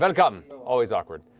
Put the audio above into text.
welcome! always awkward.